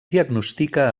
diagnostica